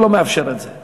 שלא מאפשר את זה.